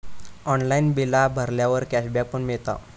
online बिला भरल्यावर cashback पण मिळता